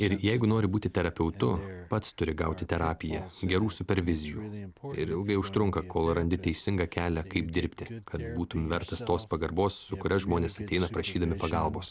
ir jeigu nori būti terapeutu pats turi gauti terapiją gerų supervizijų ir ilgai užtrunka kol randi teisingą kelią kaip dirbti kad būtum vertas tos pagarbos su kuria žmonės ateina prašydami pagalbos